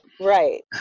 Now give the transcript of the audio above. Right